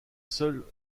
seuls